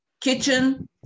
kitchen